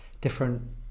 different